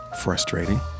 frustrating